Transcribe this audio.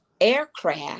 aircraft